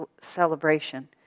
celebration